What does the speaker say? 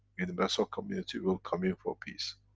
universal community will come in for peace.